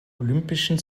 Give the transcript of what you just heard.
olympischen